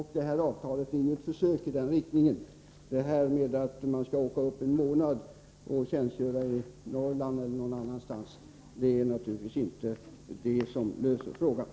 Det föreslagna avtalet är ett försök i den riktningen. Att några läkare skall åka upp och tjänstgöra en månad i Norrland är naturligtvis inte en lösning på problemet.